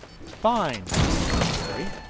fine, declared jerry.